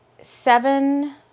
seven